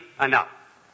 enough